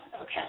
Okay